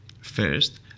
First